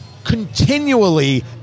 continually